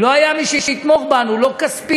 לא היה מי שיתמוך בנו, לא כספית,